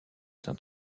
saint